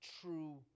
true